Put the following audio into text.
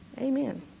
Amen